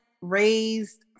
raised